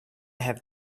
have